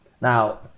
Now